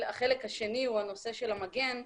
החלק השני הוא הנושא של המגן.